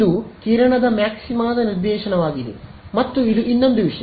ಇದು ಕಿರಣದ ಮ್ಯಾಕ್ಸಿಮಾದ ನಿರ್ದೇಶನವಾಗಿದೆ ಮತ್ತು ಇದು ಇನ್ನೊಂದು ವಿಷಯ